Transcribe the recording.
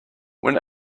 when